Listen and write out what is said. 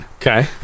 Okay